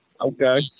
Okay